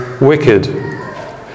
wicked